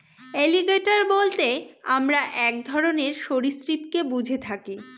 alligator বলতে আমরা এক ধরনের সরীসৃপকে বুঝে থাকি